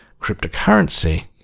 cryptocurrency